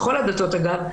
בכל הדתות אגב,